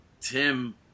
Tim